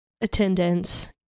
attendance